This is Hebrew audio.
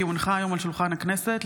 כי הונחה היום על שולחן הכנסת,